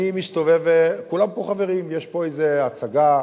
אני מסתובב, כולם פה חברים, יש פה איזה הצגה,